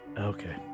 Okay